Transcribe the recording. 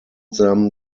them